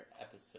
episode